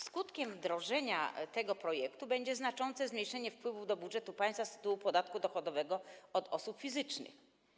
Skutkiem wdrożenia tego projektu będzie znaczące zmniejszenie wpływów do budżetu państwa z tytułu podatku dochodowego od osób fizycznych.